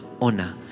Honor